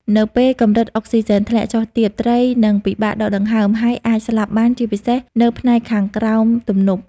នៅពេលកម្រិតអុកសុីសែនធ្លាក់ចុះទាប ត្រីនឹងពិបាកដកដង្ហើម ហើយអាចស្លាប់បាន ជាពិសេសនៅផ្នែកខាងក្រោមទំនប់។